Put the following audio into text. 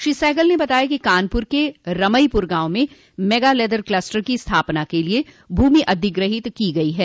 श्री सहगल ने बताया कि कानपुर के रमईपुर गांव में मेगा लेदर क्लस्टर की स्थापना के लिए भूमि अधिग्रहित की गई है